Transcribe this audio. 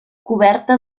coberta